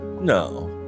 No